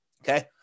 Okay